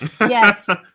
Yes